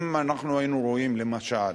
אם אנחנו היינו רואים למשל